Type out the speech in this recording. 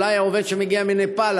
אולי העובד שמגיע מנפאל,